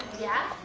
yeah,